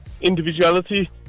individuality